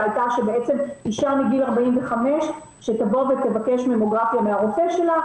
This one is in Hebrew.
הייתה שבעצם אישה מגיל 45 שתבקש ממוגרפיה מהרופא שלה,